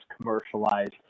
commercialized